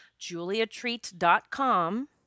juliatreat.com